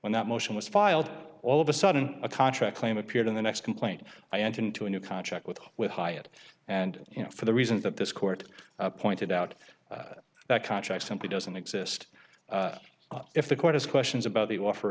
that motion was filed all of a sudden a contract claim appeared in the next complaint i entered into a new contract with with hyatt and you know for the reason that this court pointed out that contract simply doesn't exist if the court has questions about the offer